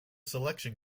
selection